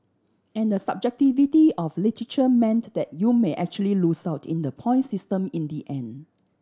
and the subjectivity of literature meant that you may actually lose out in the point system in the end